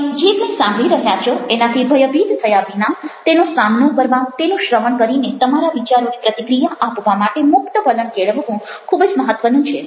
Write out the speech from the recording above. તમે જે કંઈ સાંભળી રહ્યા છો એનાથી ભયભીત થયા વિના તેનો સામનો કરવા તેનું શ્રવણ કરીને તમારા વિચારોની પ્રતિક્રિયા આપવા માટે મુકત વલણ કેળવવું ખૂબ જ મહત્ત્વનું છે